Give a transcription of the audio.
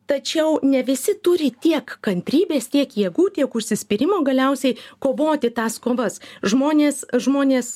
tačiau ne visi turi tiek kantrybės tiek jėgų tiek užsispyrimo galiausiai kovoti tas kovas žmonės žmonės